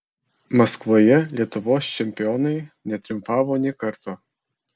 maskvoje lietuvos čempionai netriumfavo nė karto